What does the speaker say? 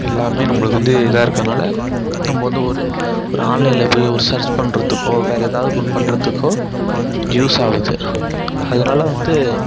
எல்லாமே நம்மளுக்கு வந்து இதாக இருக்கிறதுனால நம்ம வந்து ஒரு ஆன்லைனில் போய் ஒரு சர்ச் பண்ணுறதுக்கோ வேறு ஏதாவது பண்ணுறதுக்கோ யூஸ் ஆகுது அதனால வந்து